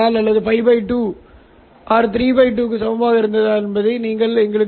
யை அகற்றுவதற்காக இரண்டு புகைப்பட நீரோட்டங்களை கழிக்கிறோம் இது சீரான புகைப்பட கண்டறிதல் என்று அழைக்கப்படுகிறது